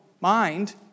mind